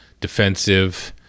defensive